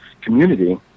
community